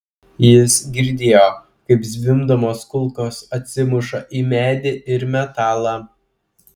jis girdėjo kaip zvimbdamos kulkos atsimuša į medį ir metalą